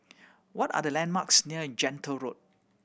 what are the landmarks near Gentle Road